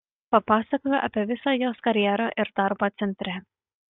papasakojau apie visą jos karjerą ir darbą centre